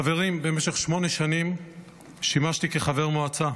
חברים, במשך שמונה שנים שימשתי חבר מועצה.